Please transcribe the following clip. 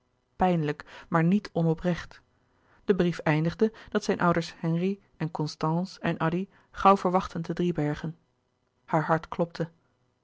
maar niet onoprecht de brief eindigde dat zijne ouders henri en constance en addy gauw verwachtten te driebergen haar hart klopte